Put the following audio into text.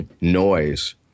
noise